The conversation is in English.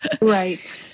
right